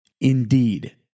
Indeed